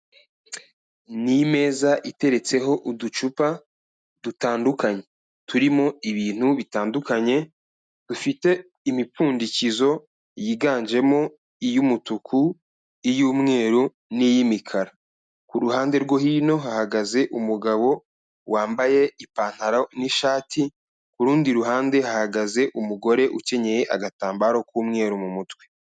Ni imeza iteretseho uducupa dutandukanye. Turimo ibintu bitandukanye, dufite imipfundikizo yiganjemo iy'umutuku, iy'umweru n'iy'imikara. Ku ruhande rwo hino hahagaze umugabo wambaye ipantaro n'ishati, ku rundi ruhande hahagaze umugore ukenyeye agatambaro k'umweru mu mutwe.